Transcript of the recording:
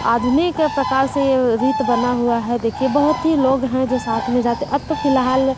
आधुनिक प्रकार से ये रीत बना हुआ है देखिए बहुत ही लोग हैं जो साथ में जाते हैं अब तो फिलहाल